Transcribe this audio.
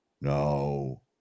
No